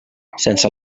sense